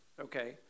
okay